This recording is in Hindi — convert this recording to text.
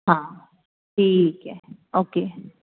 हाँ ठीक है ओके